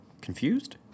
confused